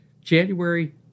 January